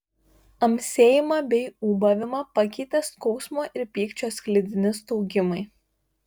amsėjimą bei ūbavimą pakeitė skausmo ir pykčio sklidini staugimai